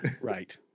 Right